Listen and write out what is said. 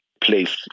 place